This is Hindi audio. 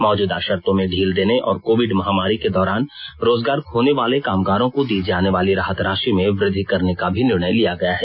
मौजूदा शर्तों में ढील देने और कोविड महामारी के दौरान रोजगार खोने वाले कामगारों को दी जाने वाली राहत राशि में वृद्धि करने का भी निर्णय किया गया है